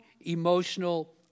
emotional